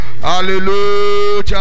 Hallelujah